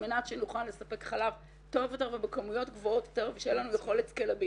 מנת שנוכל לספק חלב טוב יותר ובכמויות גבוהות יותר ושתהיה לנו יכולת לכך.